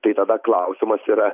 tai tada klausimas yra